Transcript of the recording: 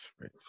right